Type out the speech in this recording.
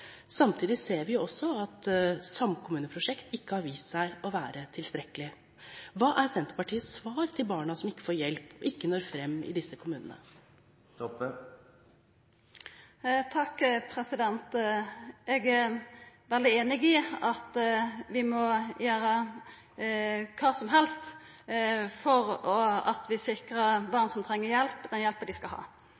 Samtidig ser vi at samkommuneprosjekter ikke har vist seg å være tilstrekkelig. Hva er Senterpartiets svar til de barna som ikke får hjelp og ikke når fram i disse kommunene? Eg er veldig einig i at vi må gjera kva som helst for at vi